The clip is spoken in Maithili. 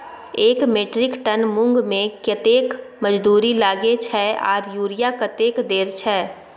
एक मेट्रिक टन मूंग में कतेक मजदूरी लागे छै आर यूरिया कतेक देर छै?